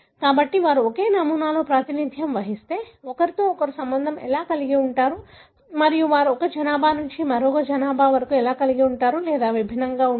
కాబట్టి వారు ఒకే నమూనాలో ప్రాతినిధ్యం వహిస్తే వారు ఒకరితో ఒకరు ఎలా సంబంధం కలిగి ఉంటారు మరియు వారు ఒక జనాభా నుండి మరొక జనాభాకు ఎలా సంబంధం కలిగి ఉంటారు లేదా విభిన్నంగా ఉంటారు